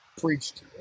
preached